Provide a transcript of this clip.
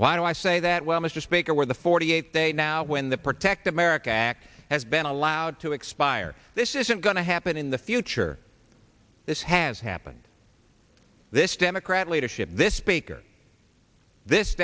why do i say that well mr speaker where the forty eight day now when the protect america act has been allowed to expire this isn't going to happen in the future this has happened this democrat leadership this speaker this